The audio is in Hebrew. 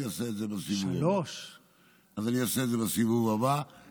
אני אעשה את זה בסיבוב הבא.